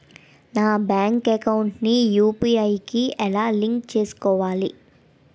నా bank account ని UPI కి ఎలా లింక్ చేసుకోవాలి?